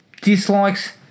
Dislikes